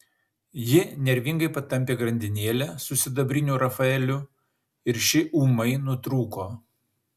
ji nervingai patampė grandinėlę su sidabriniu rafaeliu ir ši ūmai nutrūko